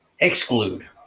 exclude